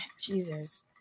Jesus